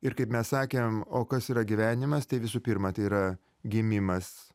ir kaip mes sakėm o kas yra gyvenimas tai visų pirma tai yra gimimas